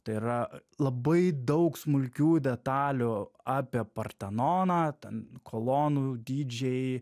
tai yra labai daug smulkių detalių apie partenoną ten kolonų dydžiai